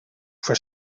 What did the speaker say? for